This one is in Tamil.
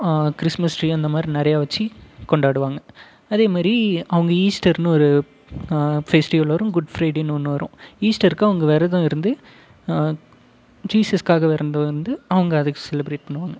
கிறிஸ்ட்மஸ் ட்ரீ அந்த மாதிரி நிறைய வெச்சு கொண்டாடுவாங்க அதே மாரி அவங்க ஈஸ்டர்னு ஒரு பெஸ்டிவல் வரும் குட் ஃப்ரைடேன்னு ஒன்று வரும் ஈஸ்டருக்கு அவங்க வெரதம் இருந்து ஜீசஸுக்காக வெரதம் இருந்து அவங்க அதுக்கு செலிப்ரேட் பண்ணுவாங்க